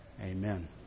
Amen